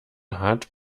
hat